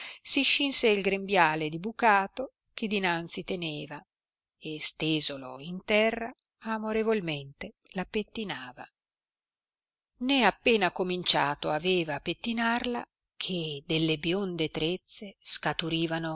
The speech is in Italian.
si scinse il grembiale di bucato che dinanzi teneva e stesolo in terra amorevolmente la pettinava né appena cominciato aveva pettinarla che delle bionde trezze scaturivano